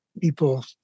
people